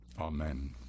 amen